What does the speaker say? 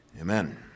amen